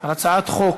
על הצעת חוק,